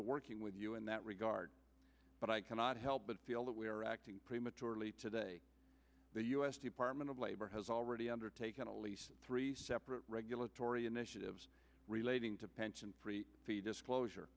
to working with you in that regard but i cannot help but feel that we are acting prematurely today the u s department of labor has already undertaken at least three separate regulatory initiatives relating to pension fee disclosure